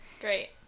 Great